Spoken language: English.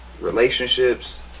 relationships